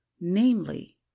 namely